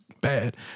bad